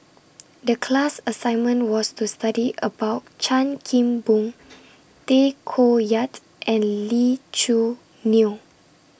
The class assignment was to study about Chan Kim Boon Tay Koh Yat and Lee Choo Neo